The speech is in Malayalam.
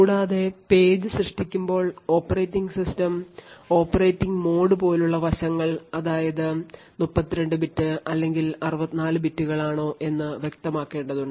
കൂടാതെ പേജ് സൃഷ്ടിക്കുമ്പോൾ ഓപ്പറേറ്റിംഗ് സിസ്റ്റം ഓപ്പറേറ്റിംഗ് മോഡ് പോലുള്ള മറ്റ് വശങ്ങൾ അതായത് 32 ബിറ്റ് അല്ലെങ്കിൽ 64 ബിറ്റുകൾ ആണോ എന്ന് വ്യക്തമാക്കേണ്ടതുണ്ട്